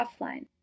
offline